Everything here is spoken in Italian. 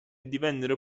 divennero